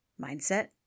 mindset